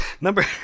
Number